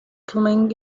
climbing